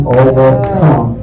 overcome